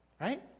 Right